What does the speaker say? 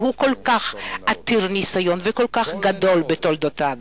כל כך עתיר ניסיון וכל כך עשיר בתולדותיו.